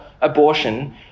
abortion